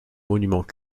monuments